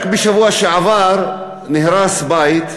רק בשבוע שעבר נהרס בית בוואדי-ערה,